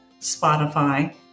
Spotify